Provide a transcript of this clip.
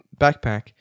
backpack